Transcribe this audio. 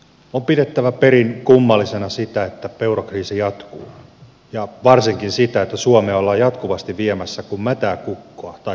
on pidettävä perin kummallisena sitä että eurokriisi jatkuu ja varsinkin sitä että suomea ollaan jatkuvasti viemässä kuin mätää kukkoa tai kuoriämpäriä